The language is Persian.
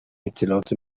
اطلاعات